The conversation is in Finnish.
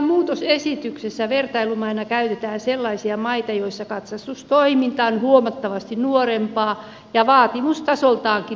katsastuslain muutosesityksessä vertailumaina käytetään sellaisia maita joissa katsastustoiminta on huomattavasti nuorempaa ja vaatimustasoltaankin vaatimattomampaa